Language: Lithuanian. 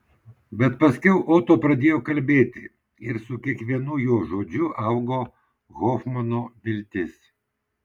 bet paskiau oto pradėjo kalbėti ir su kiekvienu jo žodžiu augo hofmano viltis